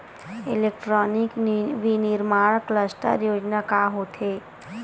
Electronic विनीर्माण cluster योजना का होथे?